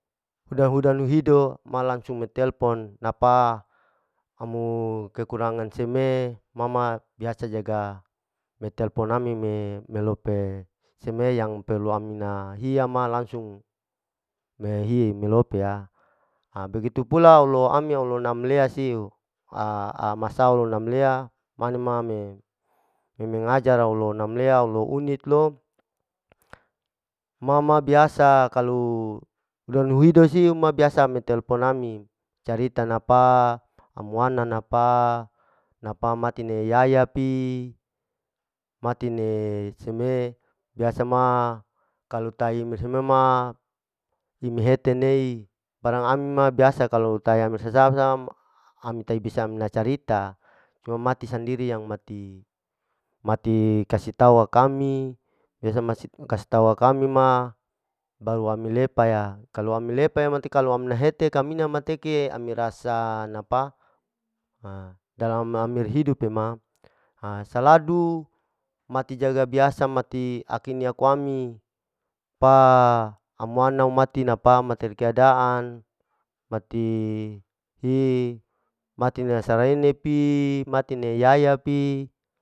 Huda-huda nuhido ma langsung metelpon napa, amu kekurangan seme ma ma biasa jaga metelpon ami milope seme yang perlu amina hiya ma langsung mehi melope ha, ha begitu pula aulo ami aulo namlea siu, a-a-masao lo namlea mane ma me, mengajara aulo namlea aulo unit lo, ma ma biasa kalu donu hidu siu ma biasa metelpon ami, carita napa amu ana napa, napa mati ne yaya pi, matine seme biasa ma kalu tahi name seme ma imeheti nei, barang ami ma biasa kalu taya amir sasa sam, ami tak bisa mai carita, cuma mati sandiri yang mati-mati kasitau akami biasa masi kasitau akami ma baru ami lepa ya, kalu ami lepa ya mati kalu amuna hete kamina mateke ami rasa napa, ha dalam amir hidupe ma ha saladu mati jaga biasa mati akenia akuami, pa amu anau mati napa mati riya keadaan, mati hihi mati naserene pimati neyaya pi.